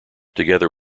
together